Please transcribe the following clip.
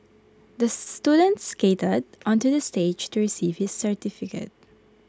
the student skated onto the stage to receive his certificate